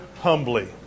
humbly